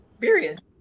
period